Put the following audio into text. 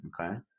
Okay